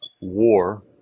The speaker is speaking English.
war